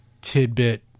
tidbit